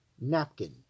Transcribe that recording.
napkin